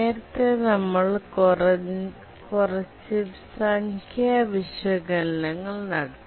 നേരത്തെ നമ്മൾ കുറച്ച സംഖ്യ വിശകലനങ്ങൾ നടത്തി